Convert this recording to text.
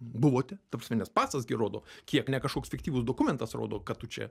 buvote ta prasme nes pasas gi rodo kiek ne kažkoks fiktyvus dokumentas rodo kad tu čia